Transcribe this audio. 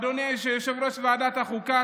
אדוני יושב-ראש ועדת החוקה,